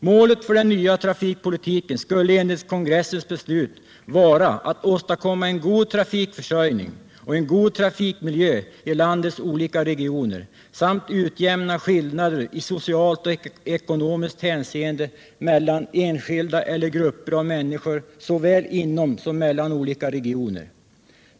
Målet för den nya trafikpolitiken skulle enligt kongressens beslut vara att åstadkomma en god trafikförsörjning och en god trafikmiljö i landets olika regioner samt utjämna skillnader i socialt och ekonomiskt hänseende mellan enskilda eller grupper av människor, såväl inom som mellan olika regioner.